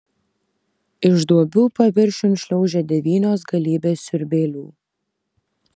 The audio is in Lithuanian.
iš duobių paviršiun šliaužia devynios galybės siurbėlių